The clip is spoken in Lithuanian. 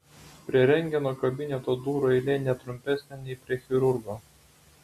prie rentgeno kabineto durų eilė ne trumpesnė nei prie chirurgo